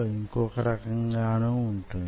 ఈ పోలిక మీకు అర్థం అయిందా